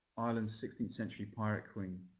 ireland's sixteenth century pirate queen.